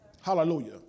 Hallelujah